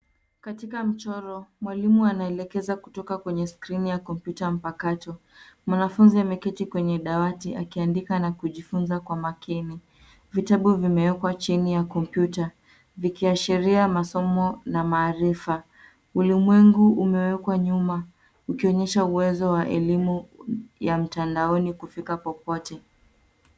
Katika mchoro, mwalimu anaelekeza kutoka kwenye skrini ya kompyuta mpakato. Mwanafunzi ameketi kwenye dawati akiandika na kujifunza kwa makini. Vitabu vimewekwa chini ya kompyuta, vikiashiria masomo na maarifa. Ulimwengu umewekwa nyuma, ukionyesha uwezo wa elimu ya mtandaoni kufika popote.